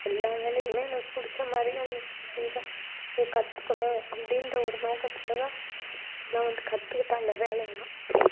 எல்லா வேலையும் எனக்கு பிடிச்ச மாதிரி தான் செய்வேன் இது கற்றுக்கணும் அப்படின்ற ஒரு நோக்கத்தோடு தான் நான் வந்து கற்றுக்கிட்டேன் அந்த வேலையெல்லாம்